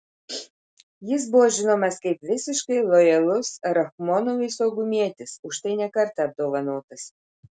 jis buvo žinomas kaip visiškai lojalus rachmonovui saugumietis už tai ne kartą apdovanotas